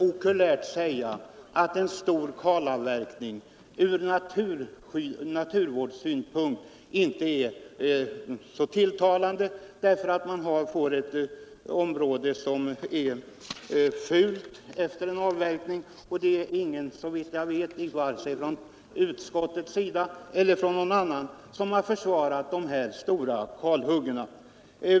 Det är klart att en stor kalavverkning ur naturvårdssynpunkt inte är så tilltalande. Efter en avverkning får man ett fult område. Det är, såvitt jag vet, ingen vare sig någon utskottsledamot eller någon annan som försvarat dessa stora kalhyggen.